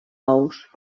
ous